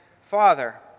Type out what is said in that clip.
Father